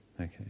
okay